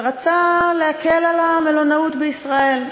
ורצה להקל על המלונאות בישראל.